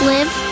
Live